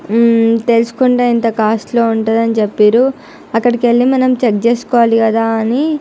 తెలుసుకుంటే ఇంత కాస్టులో ఉంటుందని చెప్పిరు అక్కడికి వెళ్ళి మనం చెక్ చేసుకోవాలి కదా అని